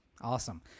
Awesome